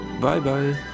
Bye-bye